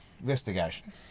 investigation